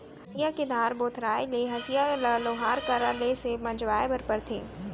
हँसिया के धार भोथराय ले हँसिया ल लोहार करा ले से मँजवाए बर परथे